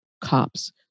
cops